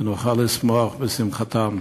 ונוכל לשמוח בשמחתם.